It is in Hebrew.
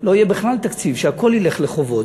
שלא יהיה בכלל תקציב, שהכול ילך לחובות.